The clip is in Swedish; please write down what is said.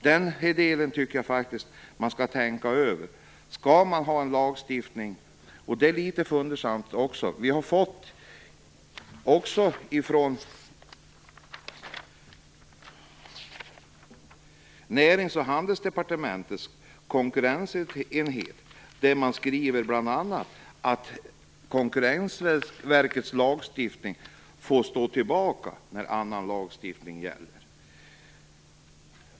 Den delen tycker jag att man skall tänka över. Vi har också fått papper från Närings och handelsdepartementets konkurrensenhet där man bl.a. skriver att Konkurrensverkets lagstiftning får stå tillbaka när annan lagstiftning gäller.